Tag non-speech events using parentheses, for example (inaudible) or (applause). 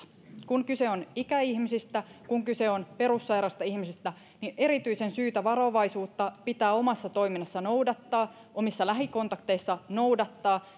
kun kyse on ikäihmisistä kun kyse on perussairaista ihmisistä niin erityisen suurta varovaisuutta pitää omassa toiminnassaan noudattaa omissa lähikontakteissaan noudattaa (unintelligible)